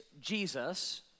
Jesus